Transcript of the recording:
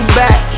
back